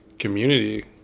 community